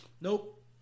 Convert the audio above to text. Nope